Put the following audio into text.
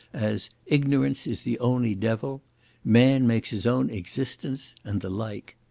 as ignorance is the only devil man makes his own existence and the like.